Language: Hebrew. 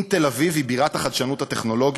אם תל אביב היא בירת החדשנות הטכנולוגית,